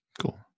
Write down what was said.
Cool